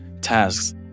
tasks